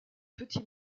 petits